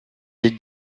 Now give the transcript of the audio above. des